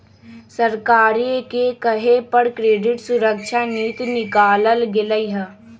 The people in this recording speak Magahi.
सरकारे के कहे पर क्रेडिट सुरक्षा नीति निकालल गेलई ह